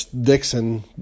Dixon